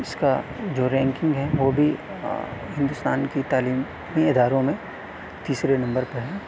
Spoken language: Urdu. اس کا جو رینکنگ ہے وہ بھی ہندوستان کی تعلیمی اداروں میں تیسرے نمبر پہ ہے